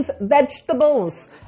vegetables